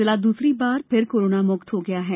जिला दूसरी बार फिर कोरोना मुक्त हो गया है